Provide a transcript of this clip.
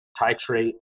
titrate